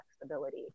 flexibility